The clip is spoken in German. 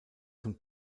zum